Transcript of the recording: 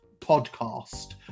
podcast